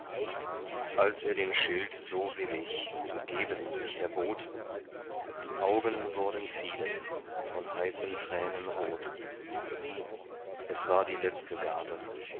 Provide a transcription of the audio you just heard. als er den schild so willig zu geben sich erbot die augen wurden vielen von heißen tränen rot es war die letzte gabe